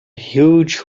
huge